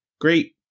great